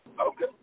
Okay